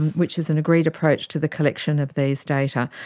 which is an agreed approach to the collection of these data,